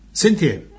Cynthia